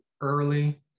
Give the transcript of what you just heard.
early